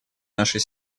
нашей